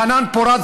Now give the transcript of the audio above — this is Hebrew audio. חנן פורת,